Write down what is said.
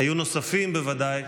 היו נוספים בוודאי,